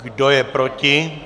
Kdo je proti?